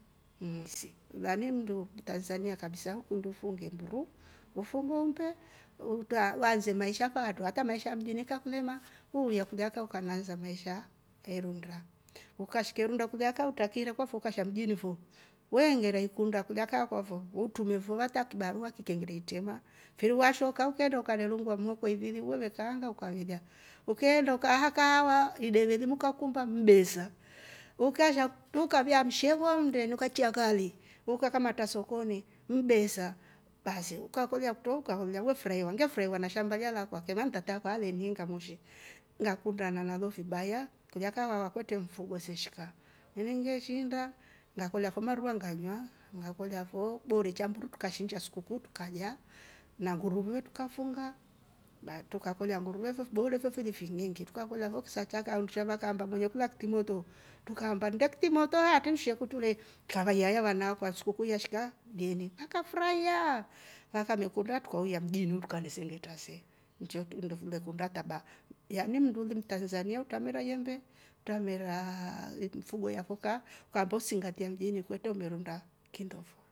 Yani mndu mtansania kabisa akundi ufunge mburu, ufuge umbe, waanse maisha fatro hata maisha ya mjini yakakulema weuya kulya kaaa ukane ansa biashara ye ruunda, ukashike ruunda kulya kaa utrakiire kwafo ukasha mjini fo, we engera ikunda kulya kaa kwafo hutrume fo hata kibarua kikeengera itrema mfiri washoka ukaneenda ukanerungua mhoko ivili we ve kaanga ukavelya, ukeenda ukahaa kaava ideve limu ukakumba ni besa, ukasha ukavyaa msheva oh mndeni ukakikya kali, uka kamatra sokini nbesa baasi ukakolya kutro ukalolya we furahia, ngefurahiwa na shamba lilya lakwa kema ntataa akwa aleniinga moshi ngakundana nalo fibaya kulya kaa kwakwa kutre mfugo se shika iningeshiinda ngakolya fo maruva nganywa, ngakolya fo boro cha mburu trukashinsha sikukuu trukalya na nguruve trukafunga, trukakolya nguruve fo fibohoro fili fiinyingi trukakolya fo ksa chakaa undusha vakaamba mwenye kula kitimoto trukaamba nnde kitimoto haatri msheku trulye, kavaiya haa vanakwa sikuu yashika lyeni akafraiya akamekunda trukauya mjini trukane sengetre se, ncho kindo ngile kunda taba ya ni mnndu uli mtansania utramera yembe, utrameraa mifugo yafo fo kaa, ukaamba usingatria mgeni kwetre umeruunda kinndo fo